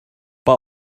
but